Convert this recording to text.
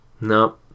no